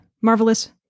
marvelous